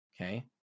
Okay